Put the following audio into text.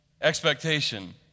expectation